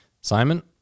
Simon